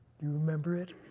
you remember it?